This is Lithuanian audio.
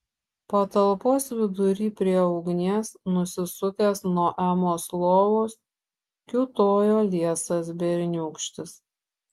patalpos vidury prie ugnies nusisukęs nuo emos lovos kiūtojo liesas berniūkštis